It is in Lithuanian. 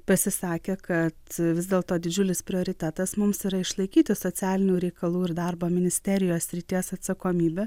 pasisakė kad vis dėlto didžiulis prioritetas mums yra išlaikyti socialinių reikalų ir darbo ministerijos srities atsakomybę